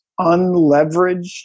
unleveraged